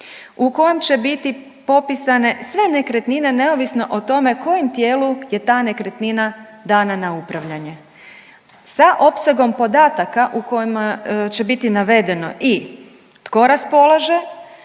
u kojem će biti popisane sve nekretnine neovisno o tome kojem tijelu je ta nekretnina dana na upravljanje, sa opsegom podataka u kojima će biti navedeno i tko raspolaže,